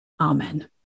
Amen